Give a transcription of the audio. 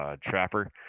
trapper